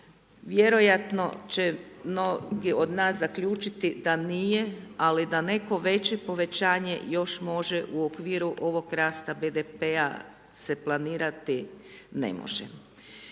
vjerojatno će mnogi od nas zaključiti da nije, ali da neko veće povećanje još može u okviru ovog rasta BDP-a se planirati, ne može.